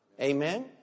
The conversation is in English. Amen